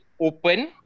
open